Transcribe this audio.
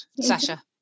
Sasha